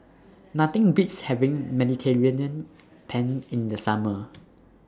Nothing Beats having Mediterranean Penne in The Summer